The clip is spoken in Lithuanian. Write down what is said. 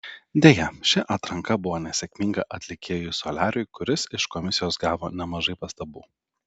deja ši atranka buvo nesėkminga atlikėjui soliariui kuris iš komisijos gavo nemažai pastabų